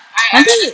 I think